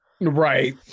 right